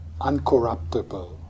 uncorruptible